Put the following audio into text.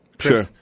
Sure